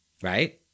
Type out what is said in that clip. Right